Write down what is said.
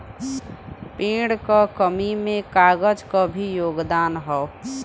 पेड़ क कमी में कागज क भी योगदान हौ